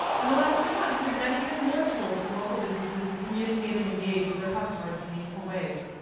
and the last few months, we've been adding even more tools for local businesses to communicate and engage with their customers in meaningful ways.